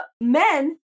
Men